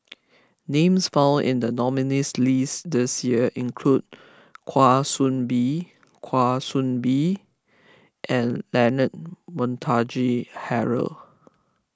names found in the nominees' list this year include Kwa Soon Bee Kwa Soon Bee and Leonard Montague Harrod